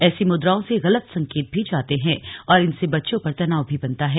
ऐसी मुद्राओं से गलत संकेत भी जाते हैं और इनसे बच्चों पर तनाव भी बनता है